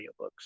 audiobooks